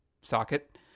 socket